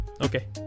Okay